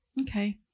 Okay